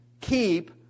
keep